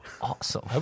awesome